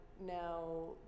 now